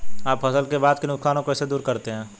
आप फसल के बाद के नुकसान को कैसे दूर करते हैं?